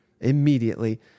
immediately